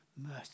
mercy